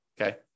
okay